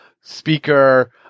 speaker